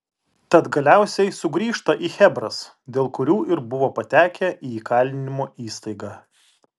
tad galiausiai sugrįžta į chebras dėl kurių ir buvo patekę į įkalinimo įstaigą